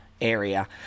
area